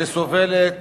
שסובלת